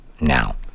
now